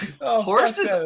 horse's